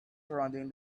surrounding